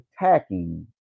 attacking